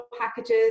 packages